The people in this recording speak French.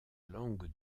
langue